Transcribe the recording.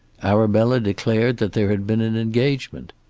arabella declared that there had been an engagement.